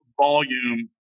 volume